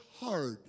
hard